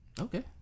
Okay